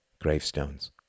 Gravestones